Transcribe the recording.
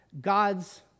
God's